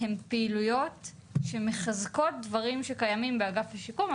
הם פעילויות שמחזקות דברים שקיימים באגף השיקום.